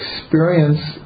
experience